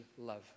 love